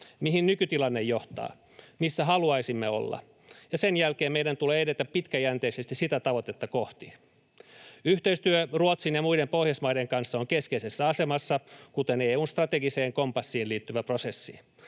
mihin nykytilanne johtaa ja missä haluaisimme olla, ja sen jälkeen meidän tulee edetä pitkäjänteisesti sitä tavoitetta kohti. Yhteistyö Ruotsin ja muiden Pohjoismaiden kanssa on keskeisessä asemassa, kuten EU:n strategiseen kompassiin liittyvä prosessikin.